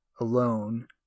alone